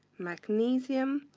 magnesium.